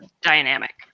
dynamic